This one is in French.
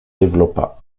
développa